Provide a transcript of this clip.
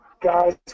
guys